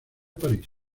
parís